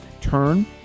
turn